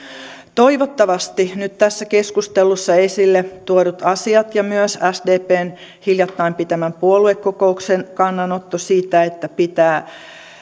toivottavasti nyt tässä keskustelussa esille tuodut asiat ja myös sdpn hiljattain pitämän puoluekokouksen kannanotto siitä että pitää